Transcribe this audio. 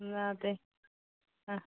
ना तें